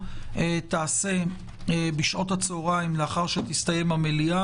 תיעשה בשעות הצהריים לאחר שתסתיים המליאה.